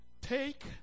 Take